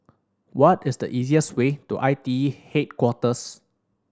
what is the easiest way to I T E Headquarters